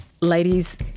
ladies